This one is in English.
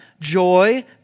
joy